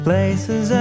Places